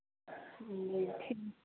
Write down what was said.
जी ठीक